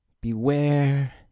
Beware